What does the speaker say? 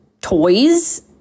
toys